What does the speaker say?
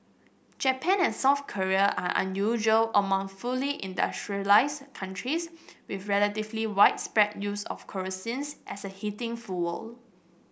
Japan and South Korea are unusual among fully industrialised countries with relatively widespread use of kerosene as a heating fuel